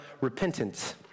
repentance